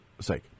sake